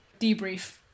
debrief